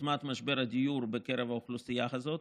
עוצמת משבר הדיור בקרב האוכלוסייה הזאת,